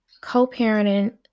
Co-parenting